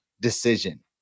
decision